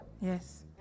yes